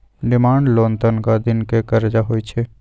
demand loan तनका दिन के करजा होइ छइ